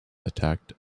attacked